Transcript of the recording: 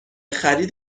خرید